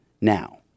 now